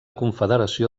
confederació